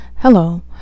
Hello